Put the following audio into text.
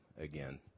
again